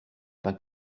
pain